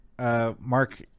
Mark